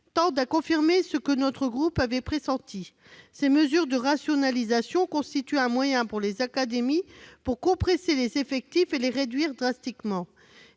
tendent à confirmer ce que notre groupe avait pressenti : ces mesures de rationalisation constituent un moyen pour les académies de compresser les effectifs et de les réduire drastiquement.